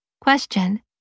Question